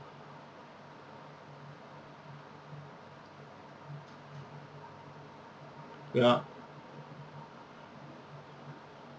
ya